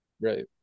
Right